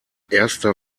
erster